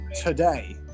today